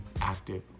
active